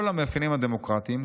כל המאפיינים הדמוקרטיים,